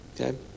Okay